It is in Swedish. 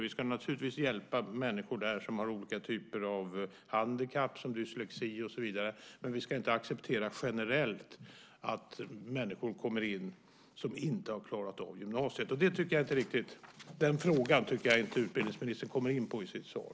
Vi ska naturligtvis hjälpa människor där som har olika typer av handikapp, som dyslexi och så vidare, men vi ska inte acceptera generellt att människor kommer in som inte har klarat av gymnasiet. Den frågan tycker jag inte utbildningsministern kommer in på i sitt svar.